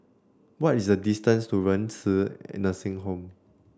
what is the distance to Renci an Nursing Home